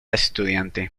estudiante